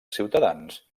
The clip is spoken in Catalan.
ciutadans